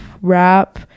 rap